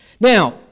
Now